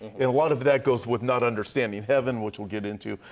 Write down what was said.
and a lot of that goes with not understanding heaven, which we'll get into.